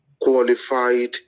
qualified